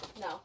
No